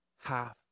half